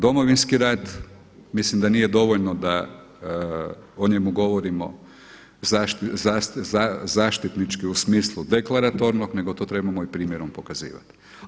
Domovinski rat, mislim da nije dovoljno da o njemu govorimo zaštitnički u smislu deklaratornog nego to trebamo i primjerom pokazivati.